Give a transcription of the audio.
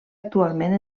actualment